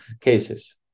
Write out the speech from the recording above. cases